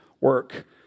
work